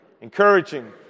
encouraging